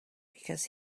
because